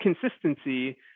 consistency